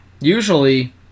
Usually